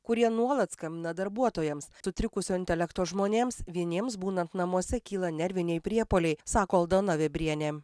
kurie nuolat skambina darbuotojams sutrikusio intelekto žmonėms vieniems būnant namuose kyla nerviniai priepuoliai sako aldona vėbrienė